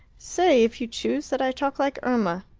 say, if you choose, that i talk like irma.